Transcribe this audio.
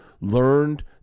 learned